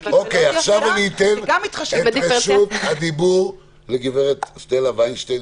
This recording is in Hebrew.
עכשיו אני אתן את רשות הדיבור לגב' סטלה ויינשטיין,